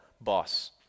boss